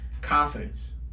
Confidence